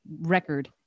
record